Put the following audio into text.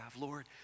Lord